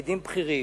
פקידים בכירים,